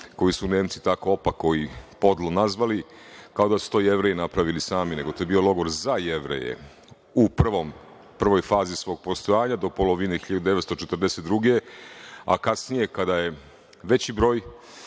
koju su Nemci tako opako i podlo nazvali, kao da su to Jevreji napravili sami. To je bio logor za Jevreje u prvom fazi svog postojanja, do polovine 1942. godine. Kasnije kada je veći broj